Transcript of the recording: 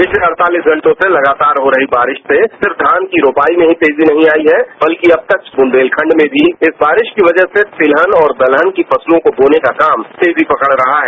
पिछले अड़तालीस घंटों से लगातार हो रही बारिश से सिर्फ धान की रोपाई में ही तेजी नहीं आई है बल्कि अब तक बुंदेलखंड में भी बारिश की वजह से तिलहन और दलहन की फसलों को बोने का काम तेजी पकड रहा है